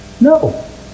No